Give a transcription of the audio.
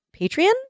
Patreon